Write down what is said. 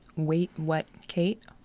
waitwhatkate